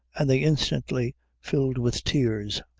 and they instantly filled with tears.